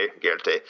guilty